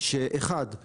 שקודם כול,